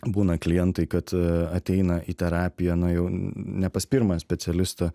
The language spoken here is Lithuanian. būna klientai kad a ateina į terapiją na jau ne pas pirmą specialistą